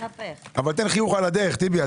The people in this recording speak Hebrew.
אבל תן חיוך על הדרך טיבי.